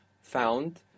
found